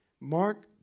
Mark